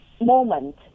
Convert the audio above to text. moment